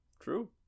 True